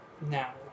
now